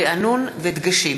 רענון ודגשים.